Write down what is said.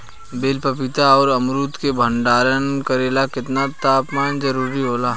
बेल पपीता और अमरुद के भंडारण करेला केतना तापमान जरुरी होला?